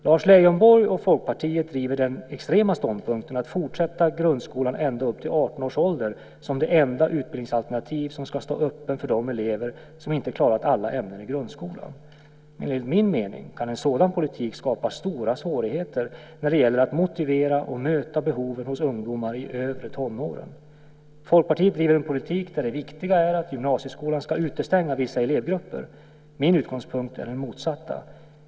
Lars Leijonborg och Folkpartiet driver den extrema ståndpunkten att fortsatt grundskola ända upp till 18 års ålder är det enda utbildningsalternativ som ska stå öppet för de elever som inte klarat alla ämnen i grundskolan. Men enligt min mening kan en sådan politik skapa stora svårigheter när det gäller att motivera och möta behoven hos ungdomar i övre tonåren. Folkpartiet driver en politik där det viktiga är att gymnasieskolan ska utestänga vissa elevgrupper. Min utgångspunkt är den motsatta.